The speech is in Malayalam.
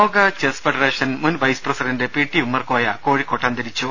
ലോക ചെസ് ഫെഡറേഷൻ മുൻ vice president P T Ummerkoya കോഴിക്കോട്ട് അന്തരിച്ചു